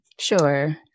Sure